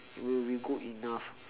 will be good enough